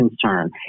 concern